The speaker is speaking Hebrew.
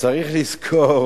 צריך לזכור